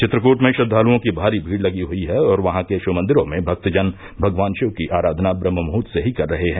चित्रकूट में श्रद्वालुओं की भारी भीड़ लगी हुई है और वहां के शिवमंदिरों में भक्तजन भगवान शिव की अराधना ब्रन्हमुहूर्त से ही कर रहे हैं